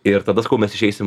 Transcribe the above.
ir tada sakau mes išeisim